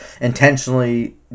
intentionally